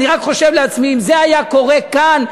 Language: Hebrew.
אם זה היה קורה כאן,